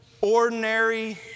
ordinary